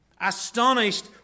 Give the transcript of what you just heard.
Astonished